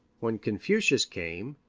when confucius came,